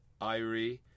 Irie